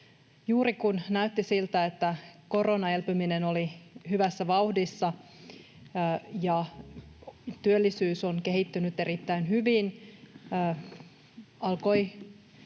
Juuri kun näytti siltä, että koronaelpyminen oli hyvässä vauhdissa ja työllisyys on kehittynyt erittäin hyvin,